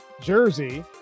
jersey